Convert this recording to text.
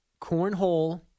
Cornhole